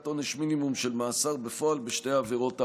עונש מינימום של מאסר בפועל בשתי העבירות האמורות.